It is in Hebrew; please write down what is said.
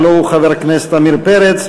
הלוא הוא חבר הכנסת עמיר פרץ,